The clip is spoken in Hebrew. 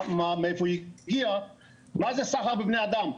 מאיפה היא הגיעה, מה זה סחר בבני אדם?